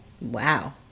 Wow